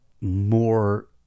more